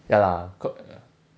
ya lah co~